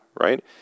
right